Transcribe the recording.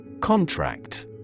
Contract